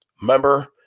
Remember